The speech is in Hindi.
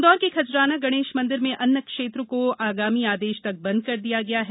इंदौर के खजराना गणेश मंदिर में अन्न क्षेत्र को आगामी आदेश तक बंद कर दिया गया है